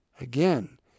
Again